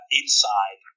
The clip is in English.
inside